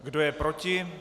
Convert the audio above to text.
Kdo je proti?